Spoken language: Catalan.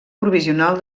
provisional